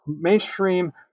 mainstream